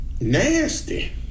Nasty